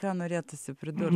ką norėtųsi pridurt